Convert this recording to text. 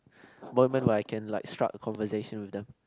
moment where I can like struck a conversation with them